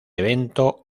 evento